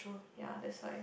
ya that's why